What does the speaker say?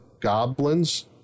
goblins